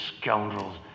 scoundrels